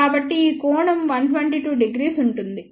కాబట్టి ఈ కోణం 122º ఉంటుంది